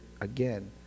again